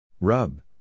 Rub